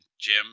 Jim